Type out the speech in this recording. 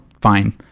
fine